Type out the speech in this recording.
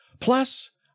plus